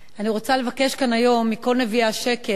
אני רוצה לבקש כאן היום מכל נביאי השקר,